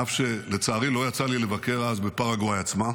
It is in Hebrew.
אף שלצערי לא יצא לי לבקר אז בפרגוואי עצמה.